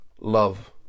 love